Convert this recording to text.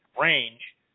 range